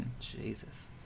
Jesus